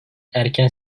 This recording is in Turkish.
erken